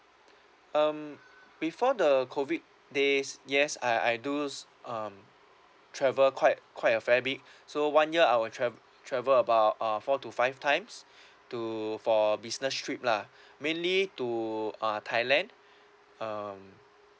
um before the COVID there's yes I I do s~ um travel quite quite a fair bit so one year I will tra~ travel about uh four to five times to for business trip lah mainly to uh thailand um